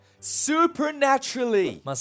Supernaturally